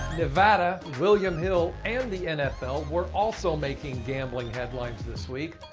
nevada, william hill and the nfl were also making gambling headlines this week.